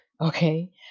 Okay